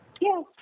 Yes